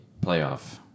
playoff